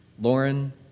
Lauren